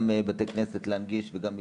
גם בתי כנסת להנגיש וגם מקוואות.